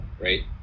right